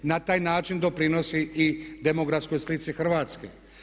Na taj način doprinosi i demografskoj slici Hrvatske.